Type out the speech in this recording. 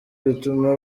bituma